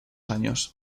años